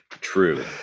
True